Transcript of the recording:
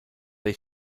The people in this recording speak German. they